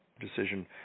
decision